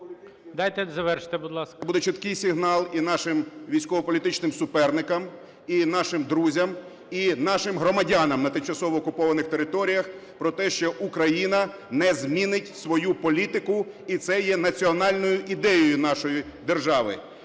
Дайте завершити, будь ласка. ЯРЕМЕНКО Б.В. Це буде чіткий сигнал і нашим військово-політичним суперникам, і нашим друзям, і нашим громадянам на тимчасово окупованих територіях про те, що Україна не змінить свою політику, і це є національною ідеєю нашої держави.